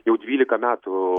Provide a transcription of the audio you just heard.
jau dvylika metų